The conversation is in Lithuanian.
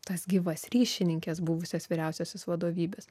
tas gyvas ryšininkes buvusias vyriausiosios vadovybės